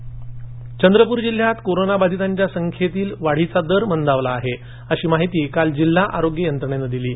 कोरोनामक्त चंद्रपूर जिल्ह्यात कोरोना बाधितांच्या संख्येतील वाढीचा दर मंदावला आहे अशी माहिती काल जिल्हा आरोग्य यंत्रणेने दिली आहे